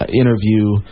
Interview